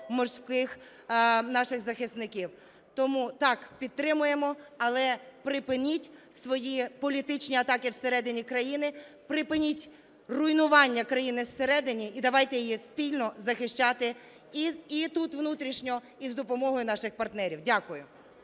наших захисників. Тому так, підтримуємо! Але припиніть свої політичні атаки всередині країни, припиніть руйнування країни із середини, і давайте її спільно захищати і тут внутрішньо, і з допомогою наших партнерів. Дякую.